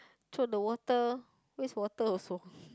throw the water waste water also